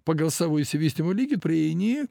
pagal savo išsivystymo lygį prieini